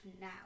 now